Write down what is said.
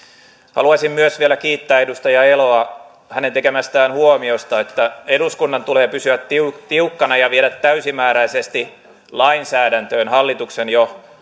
haluaisin myös vielä kiittää edustaja eloa tekemästään huomiosta että eduskunnan tulee pysyä tiukkana tiukkana ja viedä täysimääräisesti lainsäädäntöön hallituksen jo